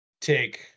take